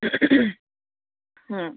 ಹ್ಞೂ